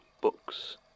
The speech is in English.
books